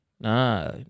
Nah